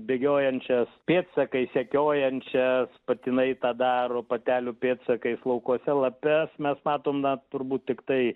bėgiojančias pėdsakais sekiojančias patinai tą daro patelių pėdsakais laukuose lapes mes matom na turbūt tiktai